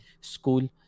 School